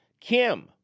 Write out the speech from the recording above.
Kim